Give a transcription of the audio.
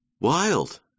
Wild